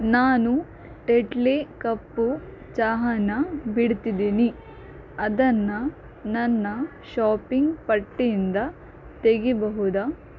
ನಾನು ಟೆಟ್ಲಿ ಕಪ್ಪು ಚಹಾನ ಬಿಡ್ತಿದ್ದೀನಿ ಅದನ್ನು ನನ್ನ ಶಾಪಿಂಗ್ ಪಟ್ಟಿಯಿಂದ ತೆಗೆಯಬಹುದ